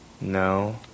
No